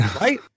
right